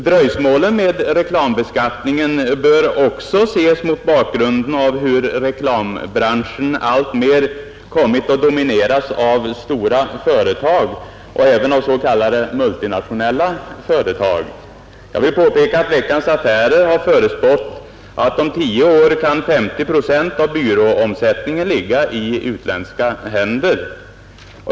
Dröjsmålen med reklambeskattningen bör också ses mot bakgrunden av hur reklambranschen alltmer kommit att domineras av stora företag och även s.k. multinationella företag. Jag vill påpeka att Veckans Affärer förutspått att 50 procent av byråomsättningen om tio år kan ligga i utländska händer.